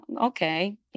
okay